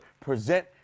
present